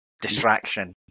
distraction